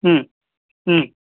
ಹ್ಞೂ ಹ್ಞೂ